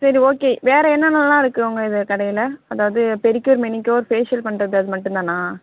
சரி ஓகே வேறு என்னெனலாம் இருக்குது உங்கள் இது கடையில் அதாவது பெடிக்கியூர் மெனிக்கியூர் பேஷியல் பண்ணுறது அது மட்டும்தானா